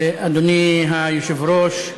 אדוני היושב-ראש,